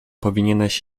powinieneś